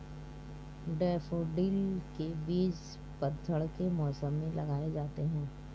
daffodil के बीज पतझड़ के मौसम में लगाए जाते हैं